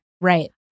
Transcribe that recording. Right